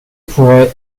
pourrait